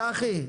צחי,